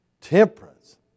temperance